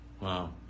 wow